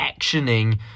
actioning